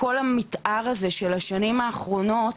כל המתאר הזה של השנים האחרונות,